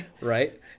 right